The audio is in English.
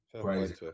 crazy